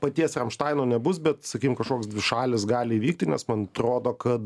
paties ramštaino nebus bet sakykime kažkoks dvišalis gali įvykti nes man atrodo kad